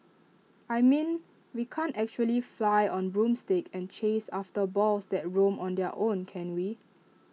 I mean we can't actually fly on broomsticks and chase after balls that roam on their own can we